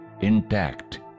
intact